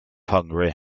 hungary